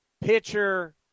pitcher